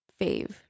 Fave